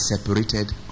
Separated